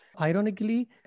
Ironically